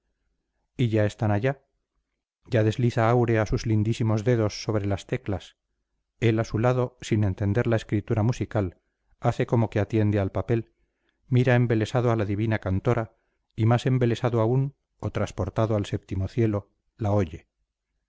y ya están allá ya desliza aura sus lindísimos dedos sobre las teclas él a su lado sin entender la escritura musical hace como que atiende al papel mira embelesado a la divina cantora y más embelesado aún o transportado al séptimo cielo la oye